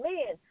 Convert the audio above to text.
Man